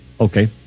Okay